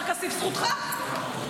נכון.